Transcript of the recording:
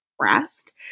rest